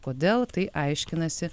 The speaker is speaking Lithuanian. kodėl tai aiškinasi